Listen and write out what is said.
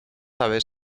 aves